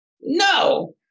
No